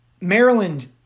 Maryland